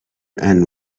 and